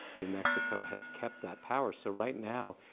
new mexico has kept that power. so right now,